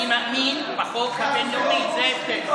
אני מאמין בחוק הבין-לאומי, זה ההבדל.